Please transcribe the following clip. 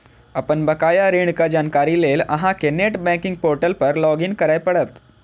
अपन बकाया ऋणक जानकारी लेल अहां कें नेट बैंकिंग पोर्टल पर लॉग इन करय पड़त